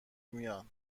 میان